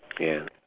ya